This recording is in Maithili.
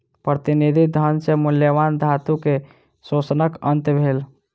प्रतिनिधि धन सॅ मूल्यवान धातु के शोषणक अंत भेल